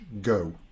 go